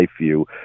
view